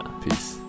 peace